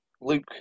Luke